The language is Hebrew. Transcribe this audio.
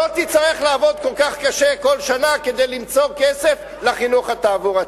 לא תצטרך לעבוד כל כך קשה כל שנה כדי למצוא כסף לחינוך התעבורתי.